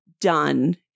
done